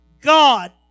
God